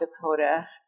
Dakota